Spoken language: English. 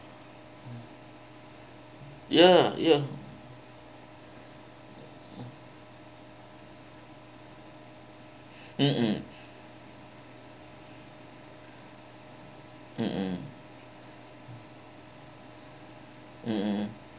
ya ya mmhmm mmhmm mmhmm